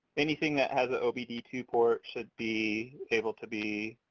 anything that has an o b d two port should be able to be